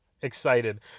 excited